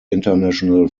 international